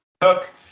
Cook